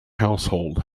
household